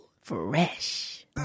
Fresh